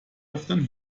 öffnen